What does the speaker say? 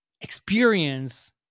experience